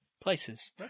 places